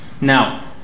Now